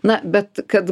na bet kad